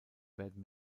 werden